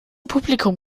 publikum